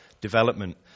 development